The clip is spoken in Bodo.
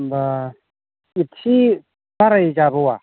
होमबा इसे बारायजाबावा